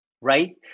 right